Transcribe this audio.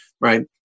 right